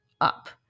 up